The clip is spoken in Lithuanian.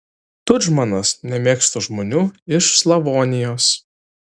tudžmanas nemėgsta žmonių iš slavonijos